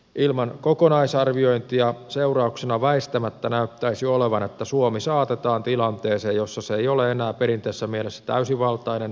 ilman kokonaisarviointia seurauksena väistämättä näyttäisi olevan että suomi saatetaan tilanteeseen jossa se ei ole enää perinteisessä mielessä täysivaltainen